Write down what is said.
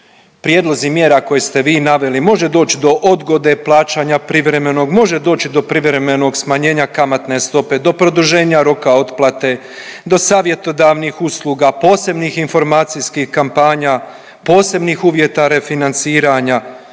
prijedlozi mjera koje ste vi naveli, može doći do odgode plaćanja privremenog, može doći do privremenog smanjenja kamatne stope, do produženja roka otplate, do savjetodavnih usluga, posebnih informacijskih kampanja, posebnih uvjeta refinanciranja,